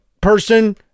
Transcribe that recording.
person